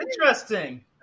interesting